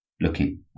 looking